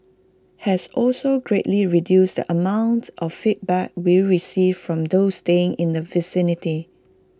has also greatly reduced the amount of feedback we received from those staying in the vicinity